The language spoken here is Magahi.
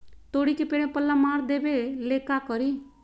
तोड़ी के पेड़ में पल्ला मार देबे ले का करी?